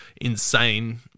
insane